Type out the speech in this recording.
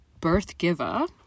Birthgiver